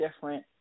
different